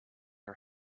her